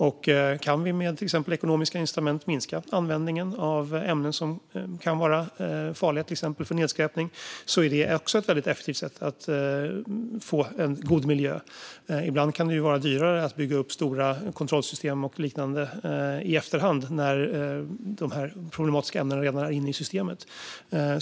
Om vi med till exempel ekonomiska incitament kan minska användningen av ämnen som kan vara farliga till exempel vid nedskräpning är det också ett väldigt effektivt sätt att få en god miljö. Ibland kan det ju vara dyrare att bygga upp stora kontrollsystem och liknande i efterhand, när de problematiska ämnena redan är inne i systemet.